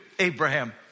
Abraham